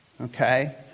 Okay